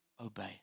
obey